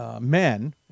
Men